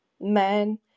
men